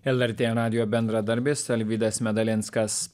lrt radijo bendradarbis alvydas medalinskas